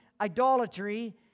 idolatry